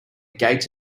gates